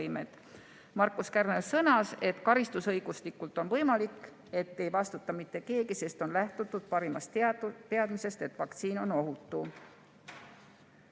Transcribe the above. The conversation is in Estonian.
Markus Kärner sõnas, et karistusõiguslikult on võimalik, et ei vastuta mitte keegi, sest on lähtutud parimast teadmisest, et vaktsiin on ohutu.